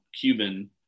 Cuban